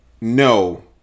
no